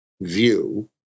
view